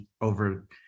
over